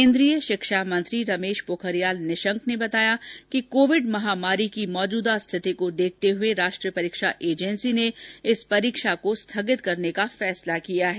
केंद्रीय शिक्षा मंत्री रमेश पोखरियाल निशंक ने बताया कि कोविड महामारी की मौजूदा स्थिति को देखते हए राष्ट्रीय परीक्षा एजेंसी ने इस परीक्षा को स्थगित करने का फैसला किया है